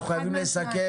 אני רוצה לסכם